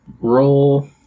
Roll